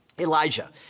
Elijah